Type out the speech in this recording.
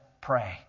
pray